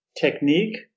technique